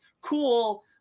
cool